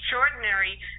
extraordinary